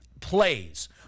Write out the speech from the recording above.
plays